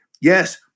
Yes